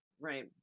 right